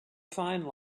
find